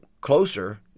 closer